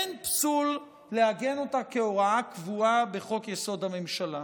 אין פסול לעגן אותה כהוראה קבועה בחוק-יסוד: הממשלה.